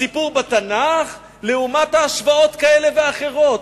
הסיפור בתנ"ך בהשוואות כאלה ואחרות,